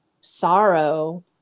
sorrow